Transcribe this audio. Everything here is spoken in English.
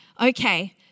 Okay